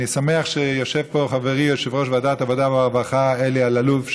אני שמח שיושב פה חברי יושב-ראש ועדת העבודה והרווחה אלי אלאלוף,